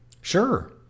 Sure